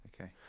Okay